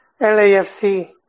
LAFC